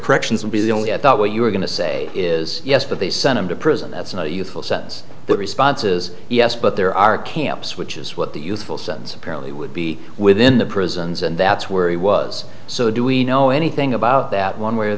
corrections would be the only i thought you were going to say is yes but they sent him to prison that's not a youthful sentence but responses yes but there are camps which is what the useful sense apparently would be within the prisons and that's where he was so do we know anything about that one way or